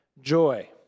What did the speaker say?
joy